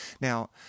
now